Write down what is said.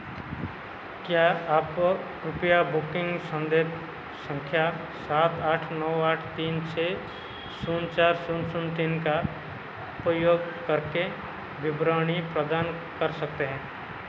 क्या आप कृपया बुकिंग संदेभ संख्या सात आठ नौ आठ तीन छः शून्य चार शून्य शून्य तीन का उपयोग करके विवरणी प्रदान कर सकते हैं